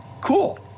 cool